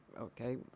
Okay